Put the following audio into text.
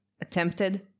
attempted